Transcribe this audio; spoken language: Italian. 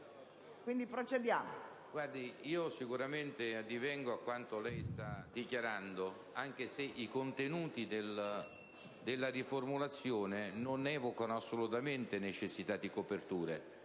ovviamente prendo atto di quanto lei ha dichiarato, anche se i contenuti della riformulazione non evocano assolutamente necessità di coperture;